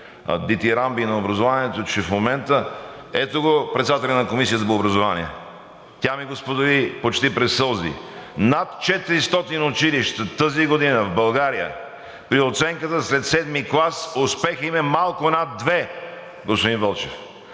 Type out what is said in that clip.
дитирамби на образованието, че в момента - ето го председателя на Комисията по образование, тя ми го сподели почти през сълзи: над 400 училища тази година в България при оценката след 7 клас успехът им е малко над 2.00, господин Вълчев.